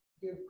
give